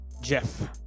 Jeff